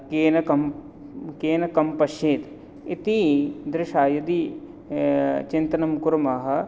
केन कं केन कं पश्येत् इति दृशा यदि चिन्तनं कुर्मः